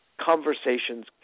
conversations